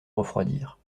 refroidir